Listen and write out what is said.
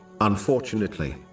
unfortunately